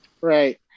Right